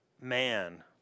man